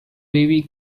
baby